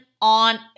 on